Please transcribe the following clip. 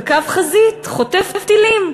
שהיא בקו חזית וחוטפת טילים,